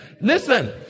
Listen